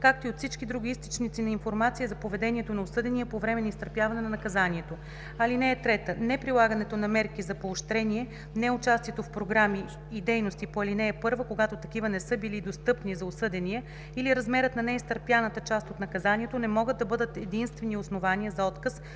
както и от всички други източници на информация за поведението на осъдения по време на изтърпяване на наказанието. (3) Неприлагането на мерки за поощрение, неучастието в програми и дейности по ал. 1, когато такива не са били достъпни за осъдения, или размерът на неизтърпяната част от наказанието не могат да бъдат единствени основания за отказ